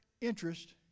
interest